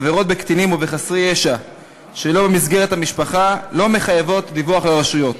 עבירות בקטינים ובחסרי ישע שלא במסגרת המשפחה לא מחייבות דיווח לרשויות.